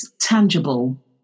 tangible